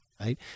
right